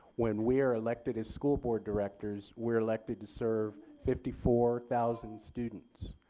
when we are elected as school board directors, we are elected to serve fifty four thousand students.